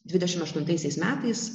dvidešimt aštuntaisiais metais